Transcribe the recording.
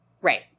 Right